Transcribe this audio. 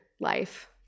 life